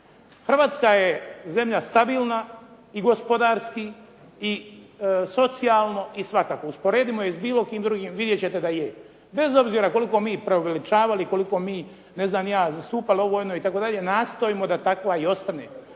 Hrvatska je zemlja stabilna i gospodarski i socijalno i svakako. Usporedimo je s bilo kim drugim, vidjet ćete da je, bez obzira koliko mi preuveličavali, koliko mi zastupali, nastojimo da takva i ostane.